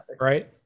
Right